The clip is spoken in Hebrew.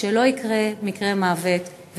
שלא יקרה מקרה מוות.